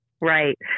Right